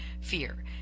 fear